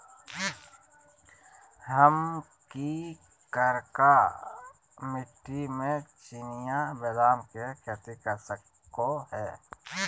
हम की करका मिट्टी में चिनिया बेदाम के खेती कर सको है?